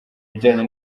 bijyanye